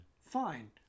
Fine